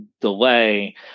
delay